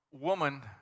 woman